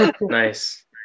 Nice